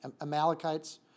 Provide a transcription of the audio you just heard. Amalekites